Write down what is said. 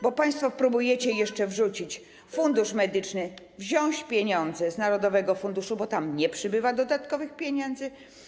Bo państwo próbujecie jeszcze wrzucić fundusz medyczny, wziąć pieniądze z narodowego funduszu, bo tam nie przybywa dodatkowych pieniędzy.